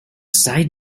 side